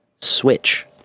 switch